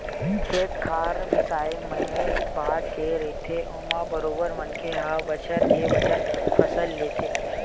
खेत खार बिसाए मए बात के रहिथे ओमा बरोबर मनखे ह बछर के बछर फसल लेथे